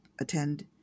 attend